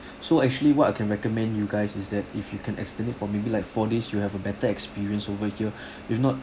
so actually what I can recommend you guys is that if you can extend it for maybe like four days you have a better experience over here if not